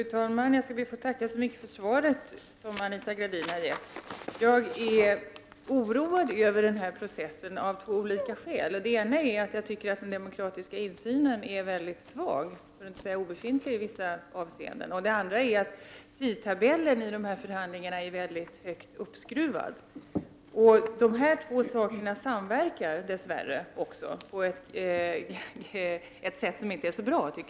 Fru talman! Jag skall be att få tacka så mycket för svaret som Anita Gradin har gett. Jag är oroad av två skäl över denna process. Det ena skälet är att jag tycker att den demokratiska insynen är mycket svag, för att inte säga obefintlig, i vissa avseenden. Det andra skälet är att tidtabellen i dessa förhandlingar är mycket högt uppskruvad. Dessa två saker samverkar dess värre på ett sätt som inte är bra.